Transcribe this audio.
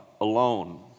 alone